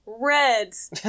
red's